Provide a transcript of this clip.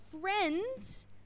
friends